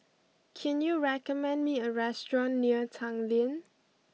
can you recommend me a restaurant near Tanglin